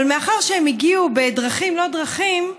אבל מאחר שהם הגיעו בדרכים לא דרכים,